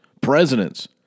presidents